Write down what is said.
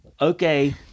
Okay